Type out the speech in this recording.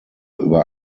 über